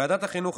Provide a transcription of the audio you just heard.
ועדת החינוך,